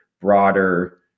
broader